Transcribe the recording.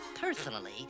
personally